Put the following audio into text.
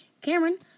Cameron